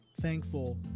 Thankful